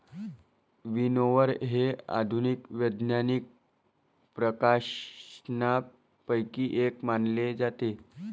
विनओवर हे आधुनिक वैज्ञानिक प्रकाशनांपैकी एक मानले जाते